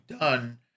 done